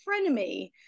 frenemy